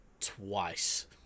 twice